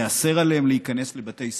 ייאסר עליהם להיכנס לבתי ספר?